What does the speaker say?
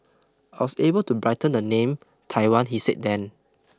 I'll stable to brighten the name Taiwan he said then